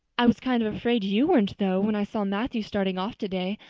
i was kind of afraid you weren't, though, when i saw matthew starting off today.